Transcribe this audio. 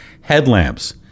headlamps